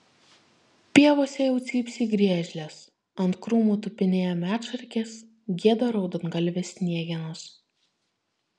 pievose jau cypsi griežlės ant krūmų tupinėja medšarkės gieda raudongalvės sniegenos